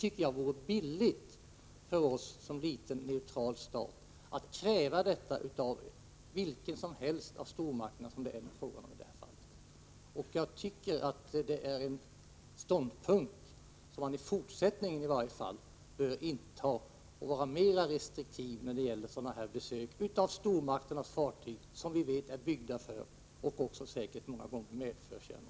Det vore billigt för Sverige som en liten neutral stat att kräva detta av vilken som helst av stormakterna. Det är en ståndpunkt som man i varje fall i fortsättningen bör inta. Man bör vara mer restriktiv när det gäller besök av stormakternas fartyg, som vi vet är byggda för, och också säkert många gånger medför, kärnvapen.